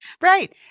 Right